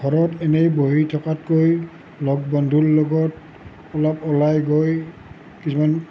ঘৰত ইনেই বহি থকাতকৈ লগ বন্ধুৰ লগত অলপ ওলাই গৈ কিছুমান